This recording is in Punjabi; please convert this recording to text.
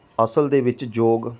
ਅਸਲ ਦੇ ਵਿੱਚ ਯੋਗ